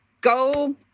Go